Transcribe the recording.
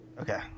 Okay